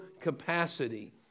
capacity